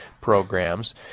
programs